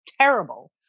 terrible